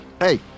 Hey